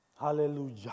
Hallelujah